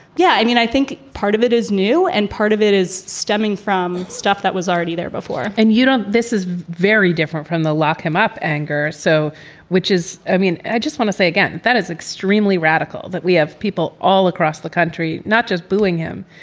yeah, i mean, i think part of it is new and part of it is stemming from stuff that was already there before and, you know, this is very different from the lock him up anger. so which is i mean, i just want to say again, that is extremely radical, that we have people all across the country not just booing him,